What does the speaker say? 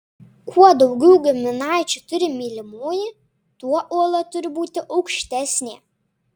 kuo daugiau giminaičių turi mylimoji tuo uola turi būti aukštesnė